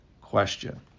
question